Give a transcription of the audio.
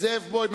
זאב בוים,